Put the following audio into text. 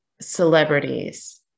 celebrities